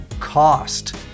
cost